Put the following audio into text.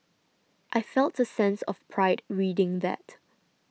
I felt a sense of pride reading that